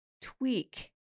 tweak